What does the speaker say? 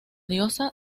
diosa